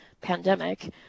pandemic